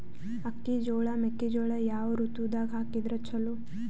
ಅಕ್ಕಿ, ಜೊಳ, ಮೆಕ್ಕಿಜೋಳ ಯಾವ ಋತುದಾಗ ಹಾಕಿದರ ಚಲೋ?